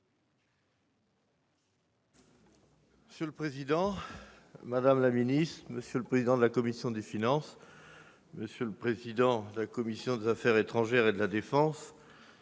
Monsieur le président, madame la ministre, monsieur le président de la commission des finances, monsieur le président de la commission des affaires étrangères et de la défense,